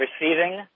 receiving